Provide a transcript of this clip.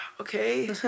okay